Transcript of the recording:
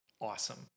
awesome